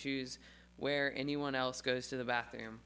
choose where anyone else goes to the bathroom